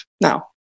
now